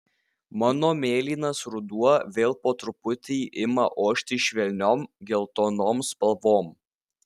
mano mėlynas ruduo vėl po truputį ima ošti švelniom geltonom spalvom